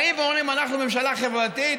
באמת באים ואומרים: אנחנו ממשלה חברתית,